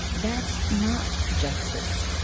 that's not justice.